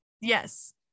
Yes